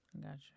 Gotcha